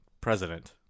president